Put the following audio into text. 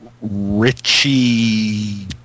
Richie